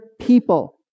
people